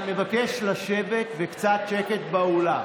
אני מבקש לשבת, וקצת שקט באולם.